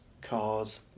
cars